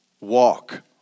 walk